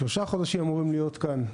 שלושה חודשים אמורים היות כאן,